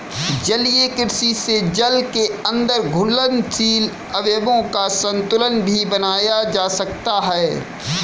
जलीय कृषि से जल के अंदर घुलनशील अवयवों का संतुलन भी बनाया जा सकता है